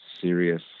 serious